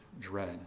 dread